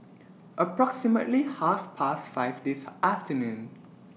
approximately Half Past five This afternoon